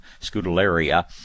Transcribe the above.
Scutellaria